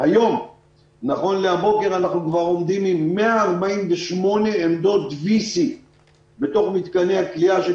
נכון לבוקר זה יש כבר 148 עמדות וי-סי בתוך מתקני הכליאה של